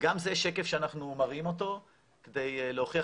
גם זה שקף שאנחנו מראים אותו כדי להוכיח